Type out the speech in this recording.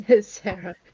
Sarah